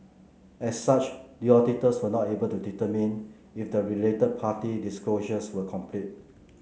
as such the auditors were not able to determine if the related party disclosures were complete